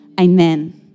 Amen